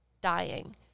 dying